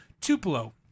Tupelo